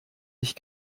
ich